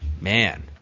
Man